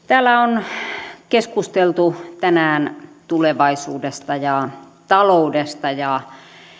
täällä on keskusteltu tänään tulevaisuudesta ja taloudesta ja